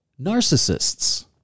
narcissists